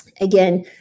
Again